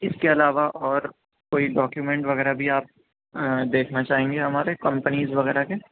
اس کے علاوہ اور کوئی ڈاکیومینٹ وغیرہ بھی آپ دیکھنا چاہیں گے ہمارے کمپنیز وغیرہ کے